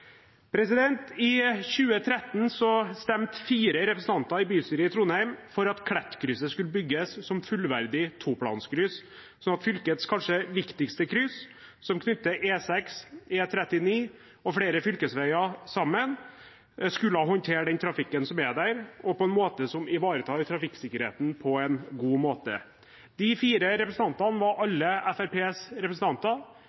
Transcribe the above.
I 2013 stemte fire representanter i bystyret i Trondheim for at Klettkrysset skulle bygges som fullverdig toplanskryss, sånn at fylkets kanskje viktigste kryss, som knytter E6, E39 og flere fylkesveier sammen, skulle håndtere den trafikken som er der, på en måte som ivaretar trafikksikkerheten. De fire representantene var alle Fremskrittsparti-representanter. De øvrige 63 representantene